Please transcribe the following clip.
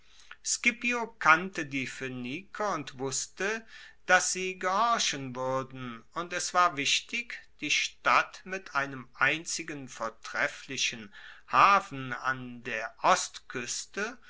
scipio kannte die phoeniker und wusste dass sie gehorchen wuerden und es war wichtig die stadt mit dem einzigen vortrefflichen hafen an der ostkueste